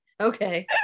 Okay